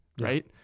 Right